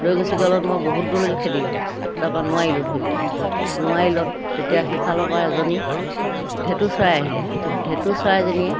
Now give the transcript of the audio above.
লৈ গুচি গালত মই বহুত দূৰলৈকে খেদিলোঁ তাৰপৰা নোৱাৰিলোঁ ধৰিব নোৱাৰিলত তেতিয়া সিফালৰপৰা এজনী ঢেঁতু চৰাই আহিলে ঢেঁতু চৰাইজনীয়ে